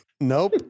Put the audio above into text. nope